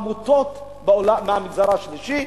עמותות מהמגזר השלישי.